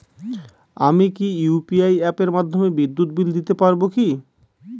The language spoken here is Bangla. আমি কি ইউ.পি.আই অ্যাপের মাধ্যমে বিদ্যুৎ বিল দিতে পারবো কি?